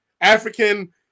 African